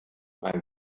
ein